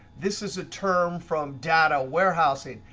this is a term from data warehousing.